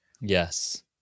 Yes